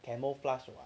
camouflage mah